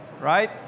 Right